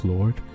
Lord